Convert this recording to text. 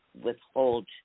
withhold